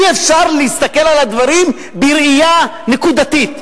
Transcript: אי-אפשר להסתכל על הדברים בראייה נקודתית.